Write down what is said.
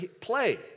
Play